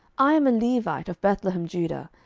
i am a levite of bethlehemjudah,